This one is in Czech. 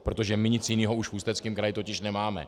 Protože my nic jiného už v Ústeckém kraji totiž nemáme!